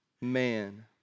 man